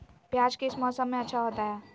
प्याज किस मौसम में अच्छा होता है?